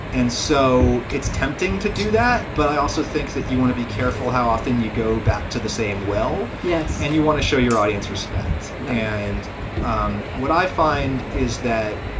and so it's tempting to do that. but i also think that you want to be careful how often you go back to the same. well. yes. and you want to show your audience respect yeah and um what i find is that,